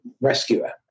rescuer